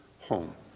home